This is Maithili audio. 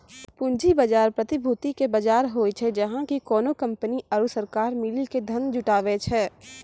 पूंजी बजार, प्रतिभूति के बजार होय छै, जहाँ की कोनो कंपनी आरु सरकार मिली के धन जुटाबै छै